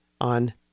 on